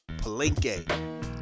Palenque